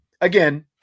again